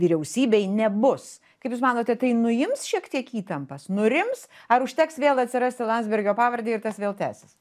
vyriausybėj nebus kaip jūs manote tai nuims šiek tiek įtampas nurims ar užteks vėl atsirasti landsbergio pavardei ir tas vėl tęsis